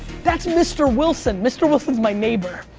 that's mr. wilson! mr. wilson's my neighbor.